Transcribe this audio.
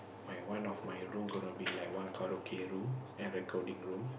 my one of my room gonna be like one karaoke room and recording room